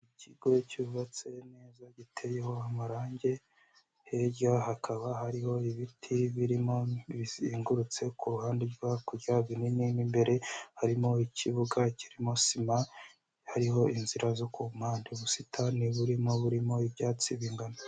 Ikigo cyubatse neza giteyeho amarangi, hirya hakaba hariho ibiti birimo bizengurutse ku ruhande rwo hakurya binini mo imbere harimo ikibuga kirimo sima hariho inzira zo ku mpande, ubusitani burimo burimo ibyatsi bingana.